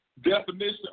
definition